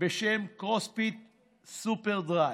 בשם קרוספיט סופרדרייב.